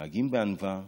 מתנהגים בענווה,